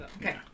Okay